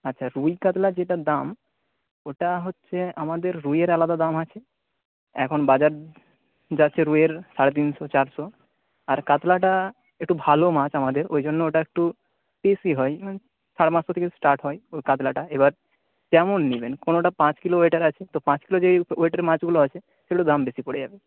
আচ্ছা রুই কাতলার যেটা দাম ওটা হচ্ছে আমাদের রুইয়ের আলাদা দাম আছে এখন বাজার যাচ্ছে রুইয়ের সাড়ে তিনশো চারশো আর কাতলাটা একটু ভালো মাছ আমাদের ওই জন্য ওটা একটু বেশি হয় সাড়ে পাঁচসো থেকে স্টার্ট হয় ওই কাতলাটা এবার কেমন নিবেন কোনোটা পাঁচ কিলো ওয়েটের আছে তো পাঁচ কিলো যেই ওয়েটের মাছগুলো আছে সেগুলো দাম বেশি পড়ে যাবে